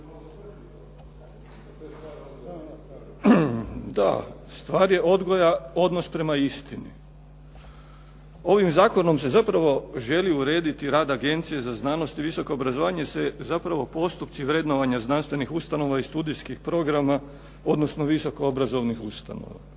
Da, stvar je odgoja odnos prema istini. Ovim zakonom se zapravo želi urediti rad Agencije za znanost i visoko obrazovanje se zapravo postupci vrednovanja znanstvenih ustanova i studijskih programa, odnosno visoko obrazovanih ustanova.